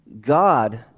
God